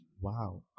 Wow